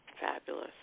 Fabulous